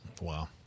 Wow